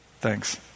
thanks